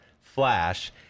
Flash